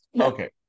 Okay